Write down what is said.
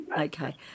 Okay